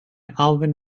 alvin